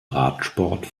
radsport